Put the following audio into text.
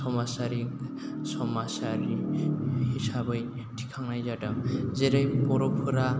समाजारि समाजारि हिसाबै थिखांनाय जादों जेरै बर'फोरा